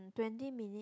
twenty minute